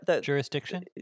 Jurisdiction